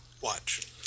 watch